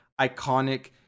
iconic